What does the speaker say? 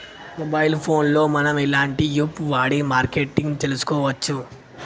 Mobile phone లో మనం ఎలాంటి యాప్ వాడి మార్కెటింగ్ తెలుసుకోవచ్చు?